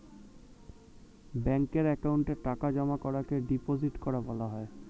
ব্যাঙ্কের অ্যাকাউন্টে টাকা জমা করাকে ডিপোজিট করা বলা হয়